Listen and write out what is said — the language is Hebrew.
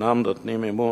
אינם נותנים אמון